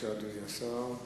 אדוני השר.